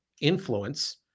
influence